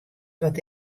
wat